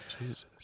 Jesus